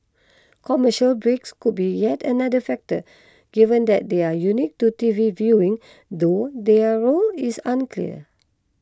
commercial breaks could be yet another factor given that they are unique to T V viewing though their role is unclear